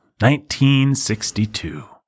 1962